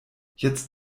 jetzt